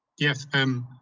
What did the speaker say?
yes, um,